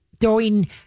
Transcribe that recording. throwing